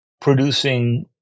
producing